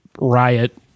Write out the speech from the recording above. riot